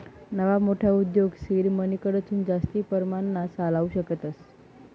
नवा मोठा उद्योग सीड मनीकडथून जास्ती परमाणमा चालावू शकतस